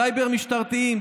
סייבר משטרתיים,